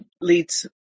leads